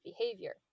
behavior